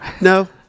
no